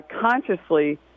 consciously